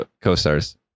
co-stars